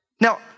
Now